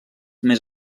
més